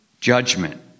judgment